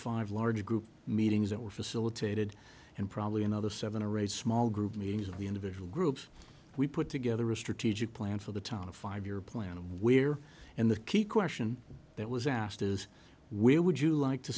five large group meetings that were facilitated and probably another seven or a small group meetings of the individual groups we put together a strategic plan for the town a five year plan of where and the key question that was asked is where would you like to